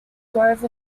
grove